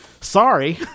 Sorry